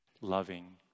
loving